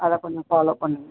அதை கொஞ்சம் ஃபாலோவ் பண்ணுங்கள்